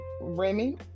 Remy